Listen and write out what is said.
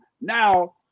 now